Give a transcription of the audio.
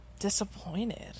disappointed